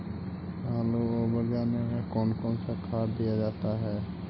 आलू ओवर जाने में कौन कौन सा खाद दिया जाता है?